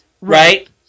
right